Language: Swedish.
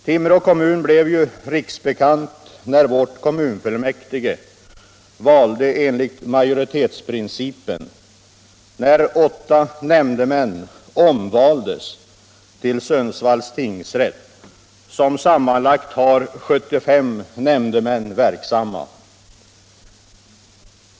Timrå kommun blev ju riksbekant när kommunfullmäktige valde enligt majoritetsprincipen då åtta nämndemän omvaldes till Sundsvalls tingsrätt, som sammanlagt har 75 nämndemän verksamma.